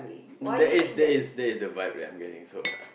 that is that is that is the vibe that I'm getting so I